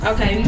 Okay